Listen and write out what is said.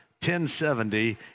1070